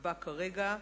נקבע כרגע.